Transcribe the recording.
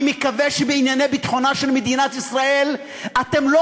אני מקווה שבענייני ביטחונה של מדינת ישראל אתם לא